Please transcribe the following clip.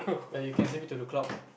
like you can save it to the cloud